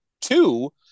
two